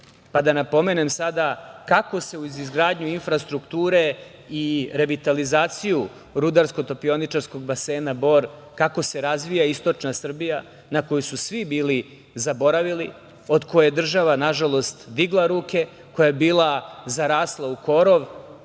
napomenem sada kako se uz izgradnju infrastrukture i revitalizaciju RTB Bor, kako se razvija istočna Srbija na koju su svi bili zaboravili, od koje država, nažalost, digla ruke, koja je bila zarasla u korov